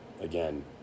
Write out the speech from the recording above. again